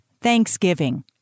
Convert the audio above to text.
thanksgiving